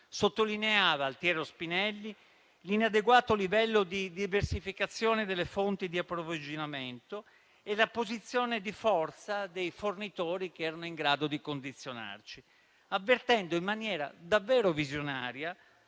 Sottolineava Altiero Spinelli l'inadeguato livello di diversificazione delle fonti di approvvigionamento e la posizione di forza dei fornitori che erano in grado di condizionarci, avvertendo in maniera davvero visionaria